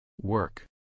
Work